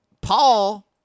Paul